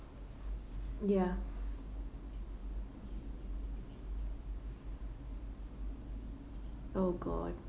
ya oh god